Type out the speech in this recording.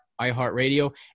iHeartRadio